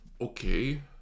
okay